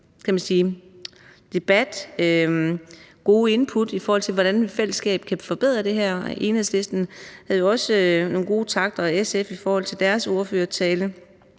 debat og de gode input om, hvordan fællesskabet kan forbedre det her. Enhedslisten havde jo også nogle gode takter – og også SF i deres ordførertale.